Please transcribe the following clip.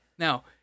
Now